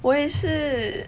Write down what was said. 我也是